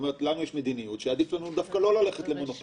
את אומרת: לנו יש מדיניות לפיה עדיף לנו לא ללכת למונופולים.